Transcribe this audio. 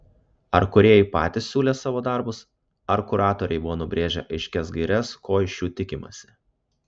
ar kūrėjai patys siūlė savo darbus ar kuratoriai buvo nubrėžę aiškias gaires ko iš jų tikimasi